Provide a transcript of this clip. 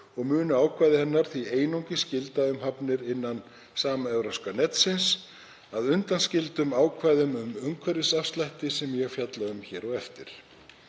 og munu ákvæði hennar því einungis gilda um hafnir innan samevrópska netsins að undanskildum ákvæðum um umhverfisafslætti sem ég fjalla um hér á eftir.